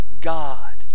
God